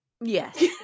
Yes